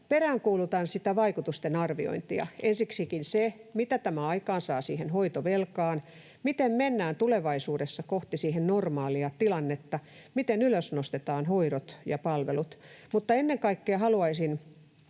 peräänkuulutan sitä vaikutusten arviointia. Ensiksikin mitä tämä aikaansaa siihen hoitovelkaan, miten mennään tulevaisuudessa kohti sitä normaalia tilannetta, miten ylösnostetaan hoidot ja palvelut? Mutta ennen kaikkea haluaisin,